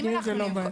פנימיים זו לא בעיה.